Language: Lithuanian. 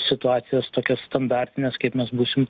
situacijas tokias standartines kaip mes būsim